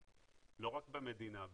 לא רק במדינה,